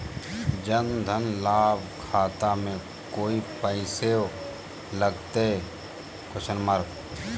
जन धन लाभ खाता में कोइ पैसों लगते?